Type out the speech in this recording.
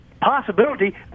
Possibility